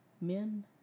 Men